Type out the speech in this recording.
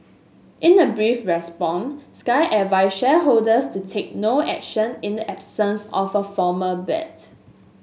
in a brief response Sky advised shareholders to take no action in the absence of a formal bid